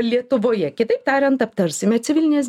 lietuvoje kitaip tariant aptarsime civilinės